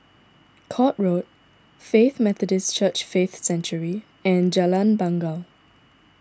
Court Road Faith Methodist Church Faith Sanctuary and Jalan Bangau